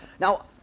Now